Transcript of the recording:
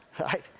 right